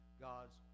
God's